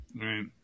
Right